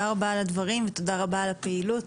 רבה על הדברים, ותודה רבה על הפעילות.